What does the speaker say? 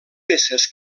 peces